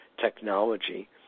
technology